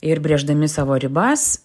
ir brėždami savo ribas